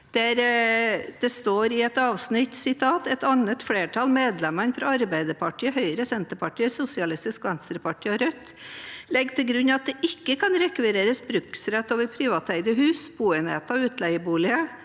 der det i et avsnitt står: «Et annet flertall, medlemmene fra Arbeiderpartiet, Høyre, Senterpartiet, Sosialistisk Venstreparti og Rødt, legger til grunn at det ikke kan rekvireres bruksrett over privateide hus, boenheter og utleieboliger